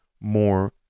more